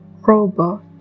robot